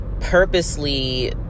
purposely